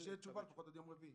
שתהיה תשובה לפחות עד יום רביעי.